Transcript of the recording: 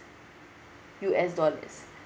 U_S dollars